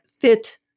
fit